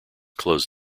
closed